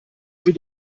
für